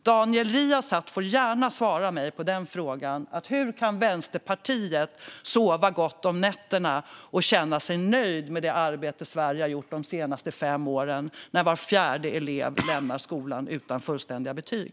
Daniel Riazat får gärna svara på denna fråga: Hur kan ni i Vänsterpartiet sova gott om nätterna och känna er nöjda med det arbete Sverige har gjort de senaste fem åren, när var fjärde elev lämnar skolan utan fullständiga betyg?